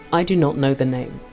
i do not know the name!